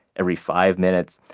every five minutes,